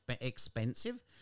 expensive